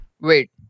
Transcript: Wait